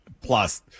Plus